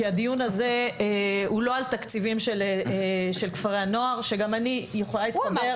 כי הדיון הזה הוא לא על תקציבים של כפרי הנוער שגם אני יכולה להתחבר.